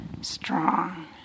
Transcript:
strong